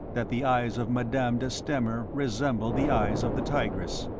that the eyes of madame de stamer resembled the eyes of the tigress.